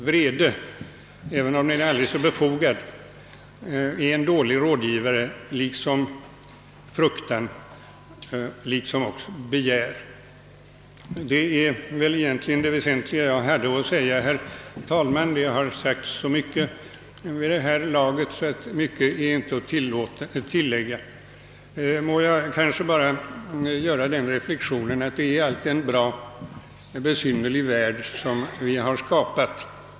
Vrede, även om den är aldrig så befogad, är en dålig rådgivare, liksom fruktan och begär. Detta var egentligen det väsentliga jag hade att säga, herr talman, eftersom det har talats så mycket vid det här laget att det inte är mycket att tillägga. Må jag kanske bara göra den reflexionen att det är en bra besynnerlig värld som vi har skapat.